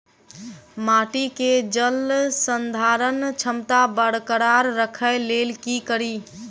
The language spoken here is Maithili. माटि केँ जलसंधारण क्षमता बरकरार राखै लेल की कड़ी?